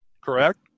Correct